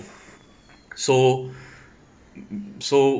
so so